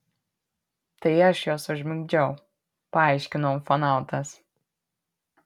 tai aš juos užmigdžiau paaiškino ufonautas